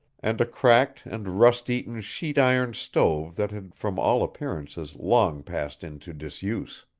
and a cracked and rust-eaten sheet-iron stove that had from all appearances long passed into disuse.